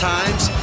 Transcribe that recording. Times